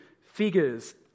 figures